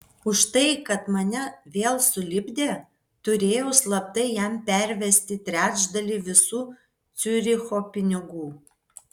už tai kad mane vėl sulipdė turėjau slaptai jam pervesti trečdalį visų ciuricho pinigų